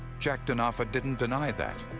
jack denofa didn't deny that.